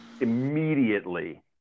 immediately